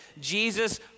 Jesus